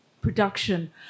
production